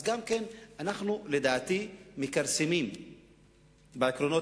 אז גם כן אנחנו לדעתי מכרסמים בעקרונות